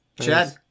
Chad